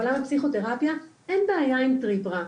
בעולם הפסיכותרפיה אין בעיה עם טריפ רע,